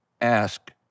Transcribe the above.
ask